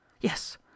Yes